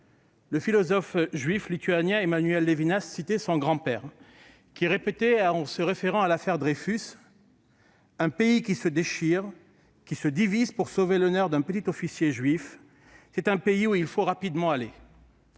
Le philosophe juif lituanien Emmanuel Levinas citait son grand-père qui répétait en se référant à l'affaire Dreyfus :« Un pays qui se déchire, qui se divise pour sauver l'honneur d'un petit officier juif, c'est un pays où il faut rapidement aller. »